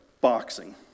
boxing